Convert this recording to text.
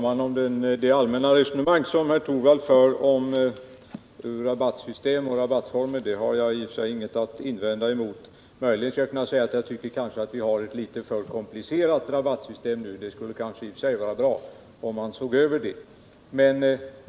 Herr talman! Jag har i och för sig ingenting att invända mot det allmänna resonemang som herr Torwald för om rabattsystem och rabattformer. Möjligen har vi ett litet för komplicerat rabattsystem nu. Det skulle i och för sig vara bra om man såg över det.